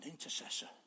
intercessor